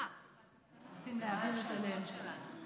מה האפשרויות שלנו?